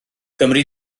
gymri